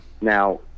Now